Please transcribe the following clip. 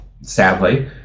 sadly